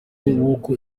w’uko